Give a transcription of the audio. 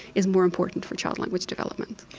is more important for child language development.